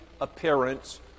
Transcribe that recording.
appearance